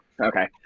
okay